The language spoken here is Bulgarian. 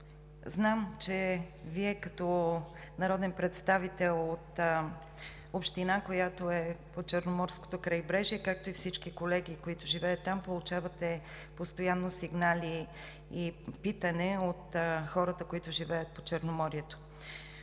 знам че Вие като народен представител от община, която е по Черноморското крайбрежие, както и всички колеги, които живеят там, получавате постоянно сигнали и питания от хората, които живеят по Черноморието.